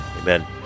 Amen